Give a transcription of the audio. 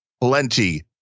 plenty